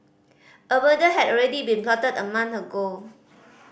a murder had already been plotted a month ago